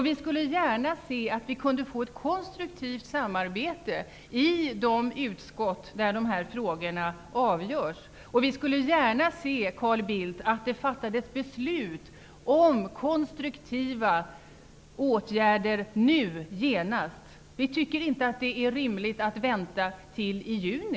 Vi skulle gärna se att vi kunde få ett konstruktivt samarbete i de utskott där de här frågorna avgörs. Vi skulle också gärna se, Carl Bildt, att det fattades beslut om konstruktiva åtgärder nu genast. Vi tycker inte att det är rimligt att vänta till i juni.